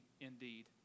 indeed